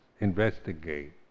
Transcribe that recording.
investigate